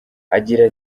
agira